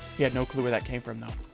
you had no clue where that came from though